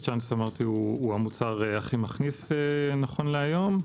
צ'אנס הוא המוצר הכי מכניס נכון להיום.